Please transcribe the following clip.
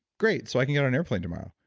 great. so i can get an airplane tomorrow.